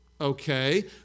okay